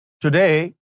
today